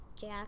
Jack